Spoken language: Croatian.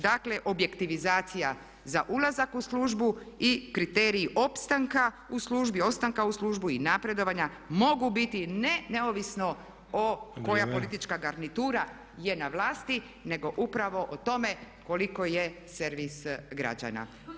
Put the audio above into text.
Dakle, objektivizacija za ulazak u službu i kriteriji opstanka u službi, ostanka u službi i napredovanja mogu biti ne neovisno koja politička garnitura je na vlasti nego upravo o tome koliko je servis građana.